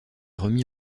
remis